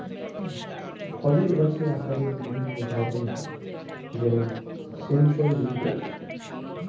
ফলের গাছের আকারের বিভিন্ন ধরন হয় যেমন সেন্ট্রাল লিডার